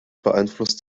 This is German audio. beeinflusst